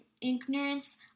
ignorance